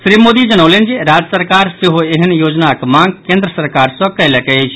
श्री मोदी जनौलनि जे राज्य सरकार सेहो एहेन योजनाक मांग केन्द्र सरकार सॅ कयलक अछि